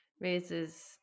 raises